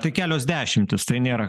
tai kelios dešimtys tai nėra